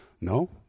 No